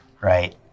Right